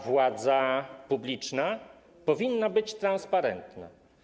Władza publiczna powinna być transparentna.